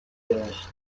finished